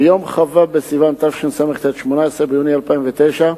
ביום כ"ו בסיוון התשס"ט, 18 ביוני 2009,